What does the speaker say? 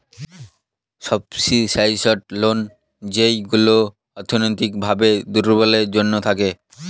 subsidised loan যেইগুলা আর্থিক ভাবে দুর্বলদের জন্য থাকে